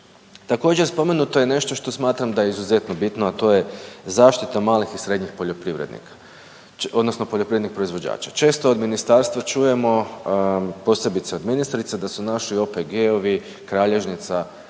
Također, spomenuto je nešto što smatram da je izuzetno bitno, a to je zaštita malih i srednjih poljoprivrednika odnosno poljoprivrednih proizvođača. Često od ministarstva čujemo, posebice od ministrice da su naši OPG-ovi kralježnica